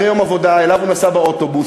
אחרי יום עבודה שאליו הוא נסע באוטובוס,